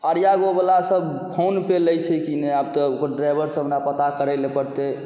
आर्या गोवलासब फोनपे लै छै कि नहि आब तऽ ओकर ड्राइवरसँ हमरा पता करैलए पड़तै